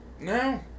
No